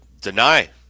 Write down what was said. Deny